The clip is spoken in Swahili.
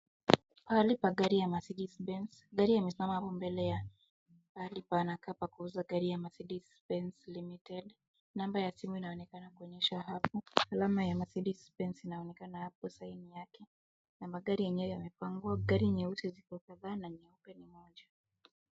Pahali pa magari ya mercedes benz gari imesimama hapo mbele ya mahali panakaa mahali pa kuuza gari ya mercedes benz namba ya simu inaonekana hapo, alama ya mercedes na magari yenyewe yamepangwa, gari nyeusi.